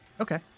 Okay